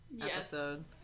episode